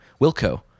Wilco